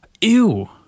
Ew